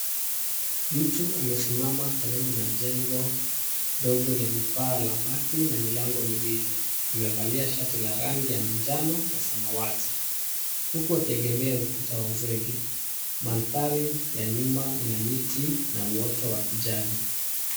Mtu amesimama karibu na jengo dogo lenye paa la bati na milango miwili. Amevalia shati la rangi ya manjano na samawati, huku akiegemea ukuta wa zege. Mandhari wa nyuma una miti na uoto wa kijani.